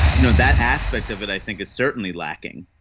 you know that aspect of it i think is certainly lacking.